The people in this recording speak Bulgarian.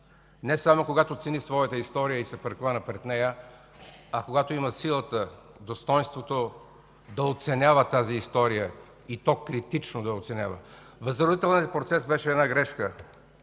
не само когато цени своята история и се прекланя пред нея, а когато има силата, достойнството да оценява тази история, и то критично да я оценява. Възродителният процес беше една грешка,